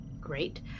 great